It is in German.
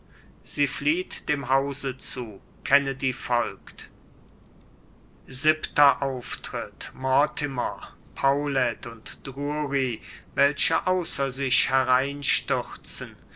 sie flieht dem hause zu kennedy folgt mortimer paulet und drury welche außer sich hereinstürzen